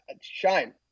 Shine